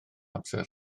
amser